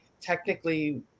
technically